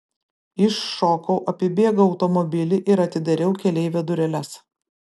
iššokau apibėgau automobilį ir atidariau keleivio dureles